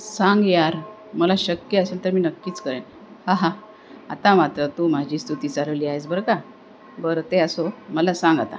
सांग यार मला शक्य असेल तर मी नक्कीच करेन हा हा आता मात्र तू माझी स्तुती चालवली आहेस बरं का बरं ते असो मला सांग आता